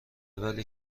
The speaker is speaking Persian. ولی